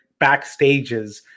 backstages